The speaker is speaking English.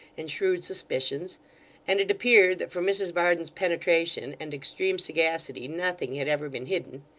and shrewd suspicions and it appeared that from mrs varden's penetration and extreme sagacity nothing had ever been hidden.